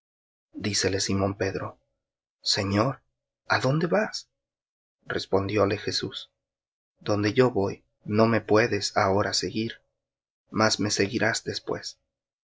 dícele simón pedro señor adónde vas respondióle jesús donde yo voy no me puedes ahora seguir mas me seguirás después